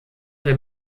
der